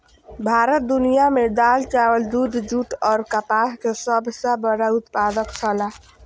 भारत दुनिया में दाल, चावल, दूध, जूट और कपास के सब सॉ बड़ा उत्पादक छला